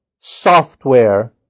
software